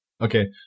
Okay